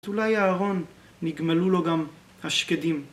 אולי אהרון נגמלו לו גם השקדים.